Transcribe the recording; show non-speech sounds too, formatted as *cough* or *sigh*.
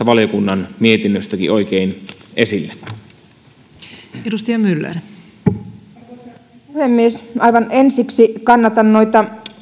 *unintelligible* valiokunnan mietinnöstäkin oikein esille arvoisa puhemies aivan ensiksi kannatan noita